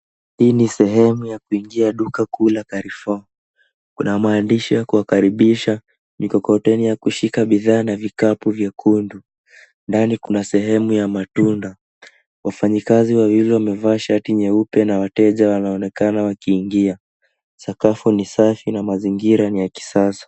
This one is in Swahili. Hii ni sehemu ya kuingia duka kuu la Carrefour .Kuna maandishi ya kuwakaribisha, mikokoteni ya kushika bidhaa na vikapu vyekundu. Ndani kuna sehemu ya matunda. Wafanyikazi wawili wamevaa shati nyeupe na wateja wanaonekana wakiingia. Sakafu ni safi na mazingira ni ya kisasa.